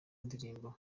ndirimbo